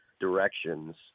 directions